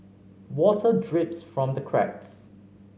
water drips from the cracks